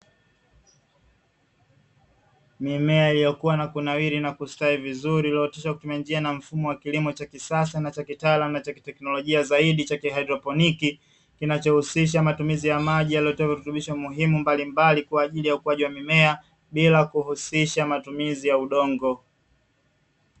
Mimea iliyokuwa na kunawiri na kustawi vizuri inatokana na mfumo wa kilimo cha kisasa na cha kitaalamu na cha kiteknolojia zaidi cha "haidroponic", kinachohusisha matumizi ya maji yaliyotajwa kurutubisha umuhimu mbalimbali kwa ajili ya ukuaji wa mimea bila kuhusisha matumizi ya udongo.